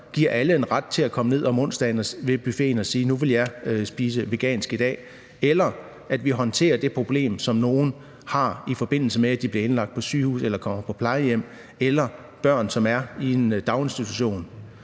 giver alle en ret til at komme ned om onsdagen til buffeten og sige, at nu vil de spise vegansk i dag, eller at vi håndterer det problem, som nogle har, i forbindelse med at de bliver indlagt på et sygehus eller kommer på plejehjem, eller problemer med børn, som er i en daginstitution.